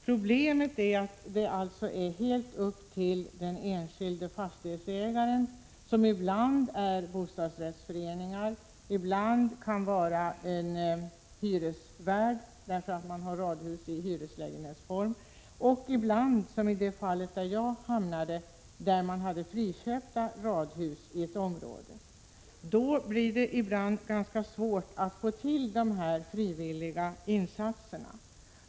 Problemet är att det alltså är helt upp till den enskilde fastighetsägaren om åtgärder skall vidtas eller inte. Ibland är det bostadsrättsföreningar, ibland hyresvärdar — i de fall där radhusen är i hyreslägenhetsform — och ibland friköpta radhus i ett område, som i det fall jag var med om. Det blir då ganska svårt att få till stånd de frivilliga insatserna.